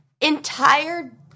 entire